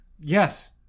Yes